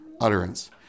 utterance